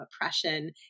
oppression